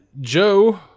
Joe